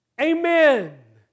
Amen